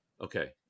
okay